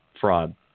fraud